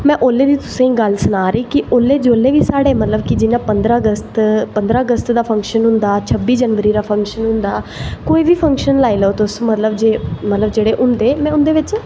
में उसले दी तुसेंगी गल्ल सना नी कि जिसलै बी मतलव साढ़े पंदरां अगस्त दा फंक्शन होंदा शब्बी जनवरी दा फंक्शन होंदा कोई बी फंक्शन लाई लैओ तुस जे मतलव जेह्ड़े होंदे उंदे बिच्च